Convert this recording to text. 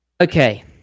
Okay